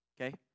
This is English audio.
Okay